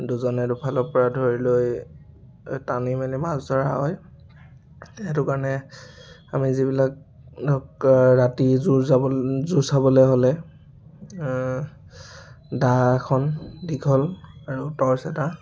দুজনে দুফালৰ পৰা ধৰি লৈ টানি মেলি মাছ ধৰা হয় সেইটো কাৰণে আমি যিবিলাক ৰাতি জো চাবলৈ হ'লে দা এখন দীঘল আৰু টৰ্চ এটা